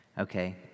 Okay